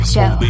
Show